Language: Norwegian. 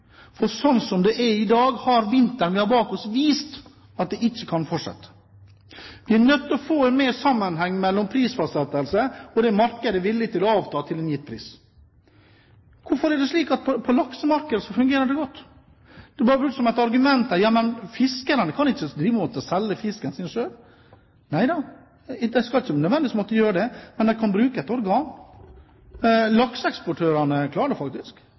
For sånn som det er i dag, har vinteren vi har bak oss, vist at det ikke kan fortsette. Vi er nødt til å få mer sammenheng mellom prisfastsettelse og det markedet er villig til å ta til en gitt pris. Hvorfor er det slik at på laksemarkedet fungerer det godt? Det er brukt som et argument her: Ja, men fiskerne kan ikke drive og selge fisken sin selv. Nei da, de skal ikke nødvendigvis måtte gjøre det, men de kan bruke et organ. Lakseeksportørene klarer det faktisk.